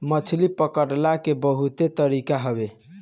मछरी पकड़ला के बहुते तरीका हवे